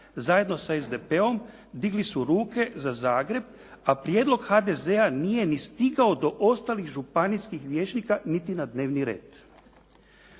zajedno sa SDP-om digli su ruke za Zagreb, a prijedlog HDZ-a nije ni stigao do ostalih županijskih vijećnika niti na dnevni red.